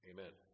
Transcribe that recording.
Amen